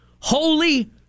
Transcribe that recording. Holy